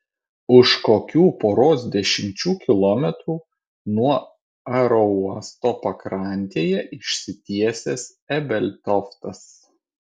už kokių poros dešimčių kilometrų nuo aerouosto pakrantėje išsitiesęs ebeltoftas